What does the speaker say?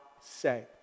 say